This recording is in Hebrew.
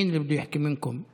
(אומר בערבית: מי מכם רוצה לדבר?)